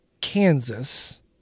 Kansas